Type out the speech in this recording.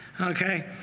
okay